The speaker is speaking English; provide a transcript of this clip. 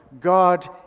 God